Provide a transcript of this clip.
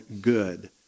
good